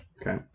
Okay